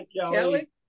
Kelly